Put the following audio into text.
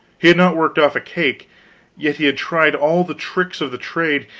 he had not worked off a cake yet he had tried all the tricks of the trade,